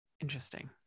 Interesting